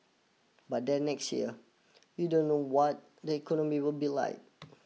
but then next year you don't know what the economy will be like